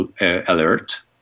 alert